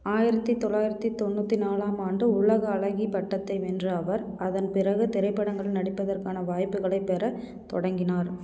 ஆயிரத்து தொள்ளாயிரத்து தொண்ணூற்றி நாலாம் ஆண்டு உலக அழகி பட்டத்தை வென்ற அவர் அதன் பிறகு திரைப்படங்களில் நடிப்பதற்கான வாய்ப்புகளைப் பெற தொடங்கினார்